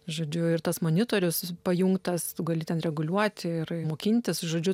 žodžiu ir tas monitorius pajungtas gali ten reguliuoti ir mokintis žodžiu